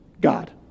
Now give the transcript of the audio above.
God